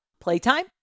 Playtime